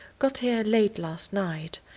got here late last night,